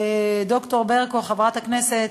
ד"ר ברקו, חברת הכנסת.